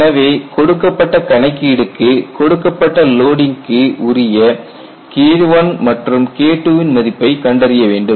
எனவே கொடுக்கப்பட்ட கணக்கீடுக்கு கொடுக்கப்பட்ட லோடிங்க்கு உரிய KI மற்றும் KII ன் மதிப்பைக் கண்டறிய வேண்டும்